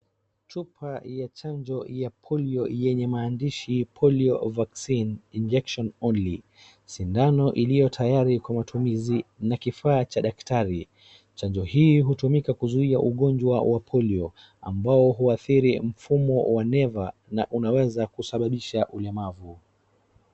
Chupa ya chanjo ya polio yenye maandishi polio vaccine injection only . Sindano iliyo tayari kwa matumizi na kifaa cha daktari. Chanjo hii hutumika kuzuia ugonjwa wa polio ambao huadhiri mfumo wa neva na unaweza kusababisha ulemavu.